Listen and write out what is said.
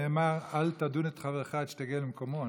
נאמר "אל תדון את חברך עד שתגיע למקומו".